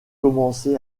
commencé